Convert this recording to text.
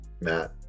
Matt